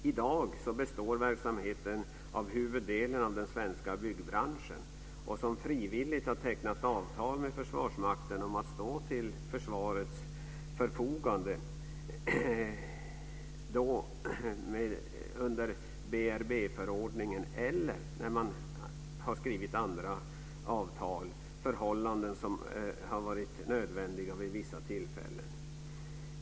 I dag består verksamheten av huvuddelen av den svenska byggbranschen som frivilligt har tecknat avtal med Försvarsmakten om att stå till totalförsvarets förfogande då BRB-förordningen gäller eller när man har skrivit andra avtal för förhållanden som rått vid vissa tillfällen.